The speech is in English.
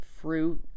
fruit